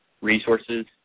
resources